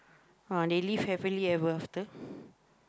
uh they live happily ever after